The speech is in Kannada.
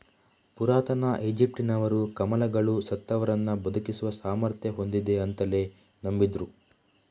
ಪುರಾತನ ಈಜಿಪ್ಟಿನವರು ಕಮಲಗಳು ಸತ್ತವರನ್ನ ಬದುಕಿಸುವ ಸಾಮರ್ಥ್ಯ ಹೊಂದಿವೆ ಅಂತಲೇ ನಂಬಿದ್ರು